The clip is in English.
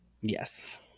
Yes